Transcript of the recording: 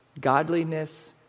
Godliness